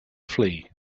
flee